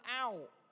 out